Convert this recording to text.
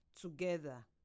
together